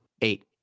eight